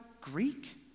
Greek